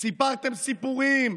סיפרתם סיפורים,